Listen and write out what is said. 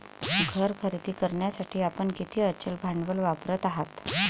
घर खरेदी करण्यासाठी आपण किती अचल भांडवल वापरत आहात?